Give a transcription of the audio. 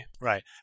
Right